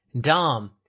Dom